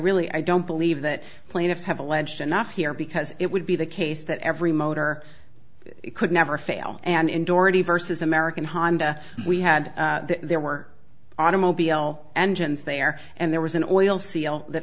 really i don't believe that the plaintiffs have alleged enough here because it would be the case that every motor could never fail and already versus american honda we had there were automobile engines there and there was an oil seal th